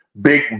big